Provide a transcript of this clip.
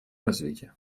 развития